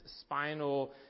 spinal